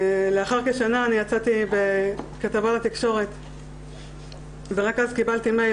לאחר כשנה יצאתי בכתבה לתקשורת ורק אז קיבלתי מייל